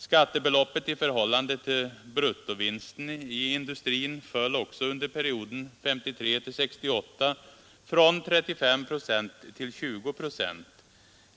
Skattebeloppet i förhållande till bruttovinsten i industrin föll under perioden 1953-1968 från 35 procent till 20 procent.